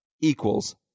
equals